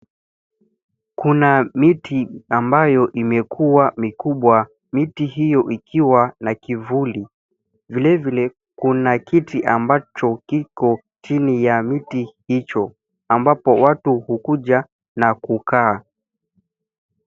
Kuna miti ambayo imekua mikubwa. Miti hiyo ikiwa na kivuli. Vilevile kuna kiti ambacho kiko chini ya miti hicho ambapo watu hukuja na kukaa.